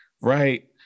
right